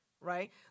right